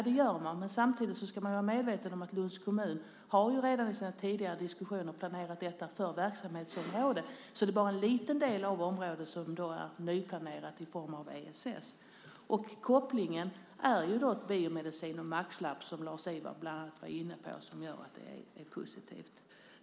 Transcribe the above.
Det gör man, men samtidigt ska vi vara medvetna om att Lunds kommun redan i sina tidigare diskussioner har planerat detta som verksamhetsområde. Det är alltså bara en liten del av området som är nyplanerat för ESS. Kopplingen till biomedicin och Maxlab, som Lars-Ivar var inne på, är också positiv.